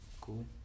Cool